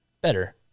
better